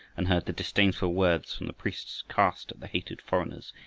and heard the disdainful words from the priests cast at the hated foreigners,